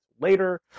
later